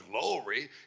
glory